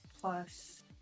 plus